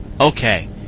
Okay